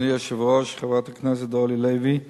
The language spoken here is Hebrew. אדוני היושב-ראש, חברת הכנסת אורלי לוי,